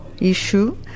issue